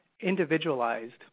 individualized